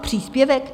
Příspěvek?